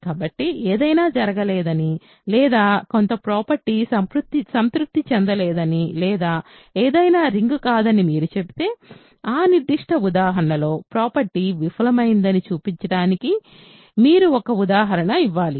కాబట్టి ఏదైనా జరగలేదని లేదా కొంత ప్రాపర్టీ సంతృప్తి చెందలేదని లేదా ఏదైనా రింగ్ కాదని మీరు చెబితే ఆ నిర్దిష్ట ఉదాహరణలో ప్రాపర్టీ విఫలమైందని చూపించడానికి మీరు ఒక ఉదాహరణ ఇవ్వాలి